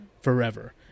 forever